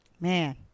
Man